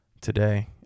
today